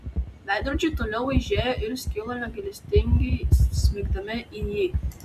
veidrodžiai toliau aižėjo ir skilo negailestingai smigdami į jį